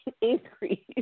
increase